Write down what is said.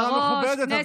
יש כאן שרה מכובדת, אדוני.